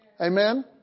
Amen